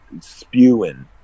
Spewing